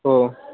हो